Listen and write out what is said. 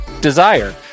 Desire